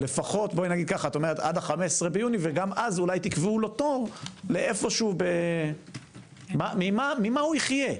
לפחות עד 15.6 וגם אז אולי תקבעו לו תור לאיפשהו - ממה הוא יחיה?